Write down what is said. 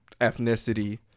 ethnicity